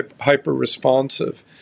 hyper-responsive